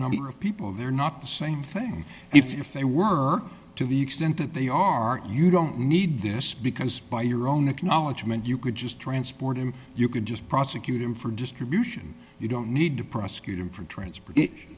number of people they're not the same thing if they were to the extent that they are you don't need this because by your own acknowledgement you could just transport him you could just prosecute him for distribution you don't need to prosecute him for transportation